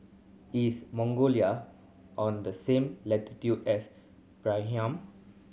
is Mongolia on the same latitude as Bahrain